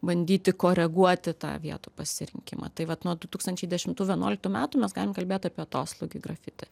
bandyti koreguoti tą vietų pasirinkimą tai vat nuo du tūkstančiai dešimtų vienuoliktų metų mes galim kalbėt apie atoslūgį grafiti